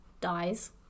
dies